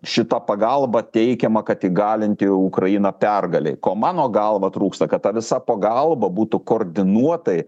šita pagalba teikiama kad įgalinti ukrainą pergalei ko mano galva trūksta kad ta visa pagalba būtų koordinuotai